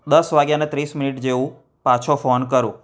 દસ વાગ્યાને ત્રીસ મિનિટ જેવું પાછો ફોન કરું